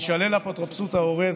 תישלל אפוטרופסות ההורה,